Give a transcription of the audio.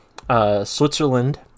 Switzerland